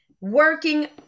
working